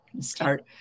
start